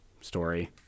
story